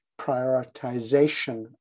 prioritization